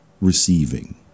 receiving